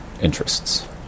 interests